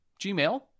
Gmail